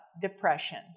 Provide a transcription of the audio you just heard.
depression